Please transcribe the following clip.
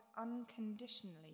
unconditionally